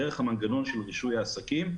דרך המנגנון של רישוי עסקים,